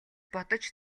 бодож